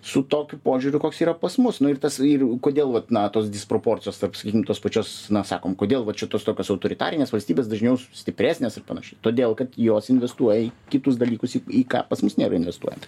su tokiu požiūriu koks yra pas mus nu ir tas ir kodėl vat na tos disproporcijos tarp sakykim tos pačios na sakom kodėl va čia tos tokios autoritarinės valstybės dažniau stipresnės ir panašiai todėl kad jos investuoja į kitus dalykus į į ką pas mus nėra investuojama